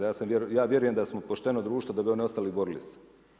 Ja vjerujem da smo pošteno društvo, da bi onda ostali i borili se.